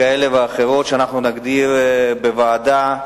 כאלה ואחרות שאנחנו נגדיר בוועדה,